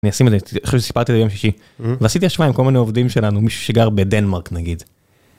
אני אשים את זה אצלי, אחרי שסיפרתי על זה ביום שישי ועשיתי השוואה עם כל מיני עובדים שלנו מישהו שגר בדנמרק נגיד.